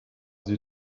sie